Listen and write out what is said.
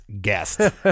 guest